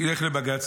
נלך לבג"ץ.